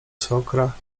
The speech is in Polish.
sokra